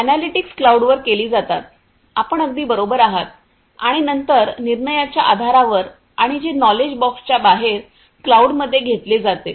analytics क्लाउडवर केली जातात आपण अगदी बरोबर आहात आणि नंतर निर्णयाच्या आधारावर आणि जे नॉलेज बॉक्सच्या बाहेर क्लाऊड मध्ये घेतले जाते